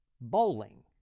bowling